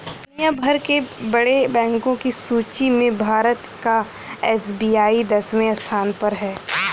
दुनिया भर के बड़े बैंको की सूची में भारत का एस.बी.आई दसवें स्थान पर है